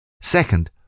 Second